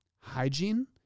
hygiene